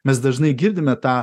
mes dažnai girdime tą